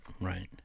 right